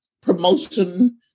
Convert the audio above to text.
promotion